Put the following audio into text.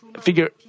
figure